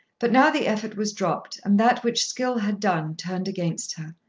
but now the effort was dropped and that which skill had done turned against her.